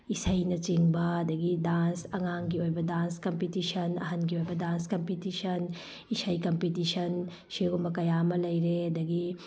ꯏꯁꯩꯅ ꯆꯤꯡꯕ ꯑꯗꯒꯤ ꯗꯥꯟꯁ ꯑꯉꯥꯡꯒꯤ ꯑꯣꯏꯕ ꯗꯥꯟꯁ ꯀꯝꯄꯤꯇꯤꯁꯟ ꯑꯍꯟꯒꯤ ꯑꯣꯏꯕ ꯗꯥꯟꯁ ꯀꯝꯄꯤꯇꯤꯁꯟ ꯏꯁꯩ ꯀꯝꯄꯤꯇꯤꯁꯟ ꯁꯤꯒꯨꯝꯕ ꯀꯌꯥ ꯑꯃ ꯂꯩꯔꯦ ꯑꯗꯒꯤ